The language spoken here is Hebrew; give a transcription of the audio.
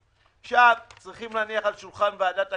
עכשיו צריכים להניח אותו על שולחן ועדת הכספים.